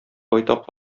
байтак